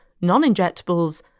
non-injectables